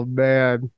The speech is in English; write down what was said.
man